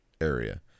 area